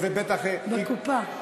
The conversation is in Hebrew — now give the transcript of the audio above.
חבר הכנסת מקלב,